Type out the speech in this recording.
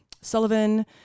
Sullivan